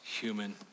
human